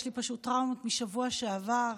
יש לי פשוט טראומות מהשבוע שעבר,